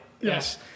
Yes